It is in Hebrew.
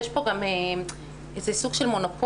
יש פה גם סוג של מונופול,